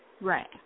Right